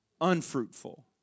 unfruitful